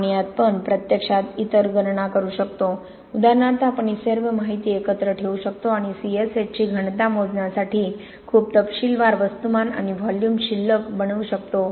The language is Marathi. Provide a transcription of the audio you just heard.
आणि आपण प्रत्यक्षात इतर गणना करू शकतो उदाहरणार्थ आपण ही सर्व माहिती एकत्र ठेवू शकतो आणि CSH ची घनता मोजण्यासाठी खूप तपशीलवार वस्तुमान आणि व्हॉल्यूम शिल्लक बनवू शकतो